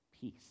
peace